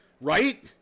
Right